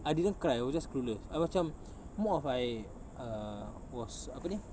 I didn't cry I was just clueless I macam more of like err was apa ni